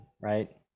right